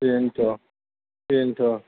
बेनथ' बेनथ'